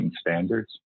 standards